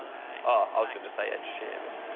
ah i was gonna say ed sheeran